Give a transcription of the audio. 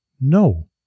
no